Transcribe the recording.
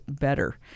better